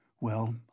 Well